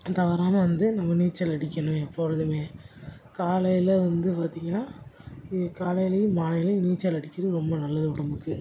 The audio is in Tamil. தவறாமல் வந்து நம்ம நீச்சல் அடிக்கணும் எப்பொழுதுமே காலையில் வந்து பார்த்தீங்கன்னா காலையிலேயும் மாலையிலேயும் நீச்சல் அடிக்கிறது ரொம்ப நல்லது உடம்புக்கு